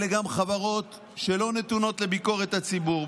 אלו גם חברות שלא נתונות לביקורת הציבור,